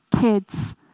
kids